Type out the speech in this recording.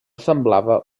semblava